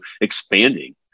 expanding